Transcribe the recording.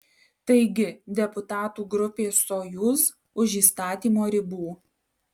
taigi deputatų grupė sojuz už įstatymo ribų